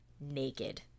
naked